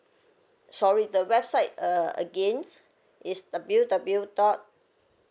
sorry the website uh agains is W W dot